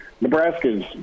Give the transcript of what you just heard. Nebraska's